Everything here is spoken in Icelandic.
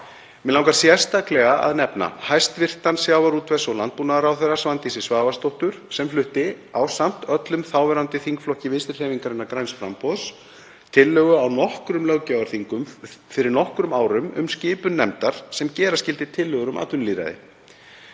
Mig langar sérstaklega að nefna hæstv. sjávarútvegs- og landbúnaðarráðherra Svandísi Svavarsdóttur, sem flutti ásamt öllum þáverandi þingflokki Vinstrihreyfingarinnar — græns framboðs tillögu á nokkrum löggjafarþingum fyrir nokkrum árum um skipun nefndar sem gera skyldi tillögur um atvinnulýðræði.